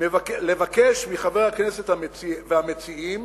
"לבקש מחבר הכנסת והמציעים